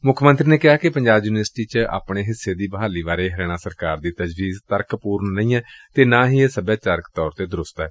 ਮੁੱਖ ਮੰਤਰੀ ਨੇ ਕਿਹਾ ਕਿ ਪੰਜਾਬ ਯੁਨੀਵਰਸਿਟੀ ਚ ਆਪਣੇ ਹਿੱਸੇ ਦੀ ਬਹਾਲੀ ਬਾਰੇ ਹਰਿਆਣਾ ਸਰਕਾਰ ਦੀ ਤਜਵੀਜ਼ ਤਰਕਪੂਰਨ ਨਹੀ ਏ ਅਤੇ ਨਾ ਹੀ ਇਹ ਸਭਿਆਚਾਰਕ ਤੌਰ ਤੇ ਦਰੂਸਤ ਏ